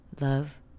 Love